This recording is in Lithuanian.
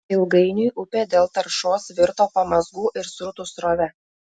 ilgainiui upė dėl taršos virto pamazgų ir srutų srove